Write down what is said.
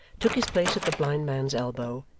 took his place at the blind man's elbow,